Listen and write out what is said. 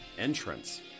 entrance